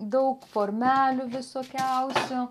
daug formelių visokiausių